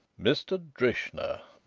mr. drishna,